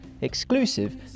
exclusive